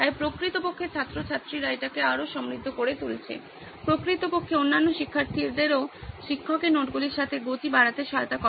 তাই প্রকৃতপক্ষে ছাত্রছাত্রীরা এটিকে আরও সমৃদ্ধ করে তুলছে প্রকৃতপক্ষে অন্যান্য শিক্ষার্থীদেরও শিক্ষকের নোটগুলির সাথে গতি বাড়াতে সহায়তা করে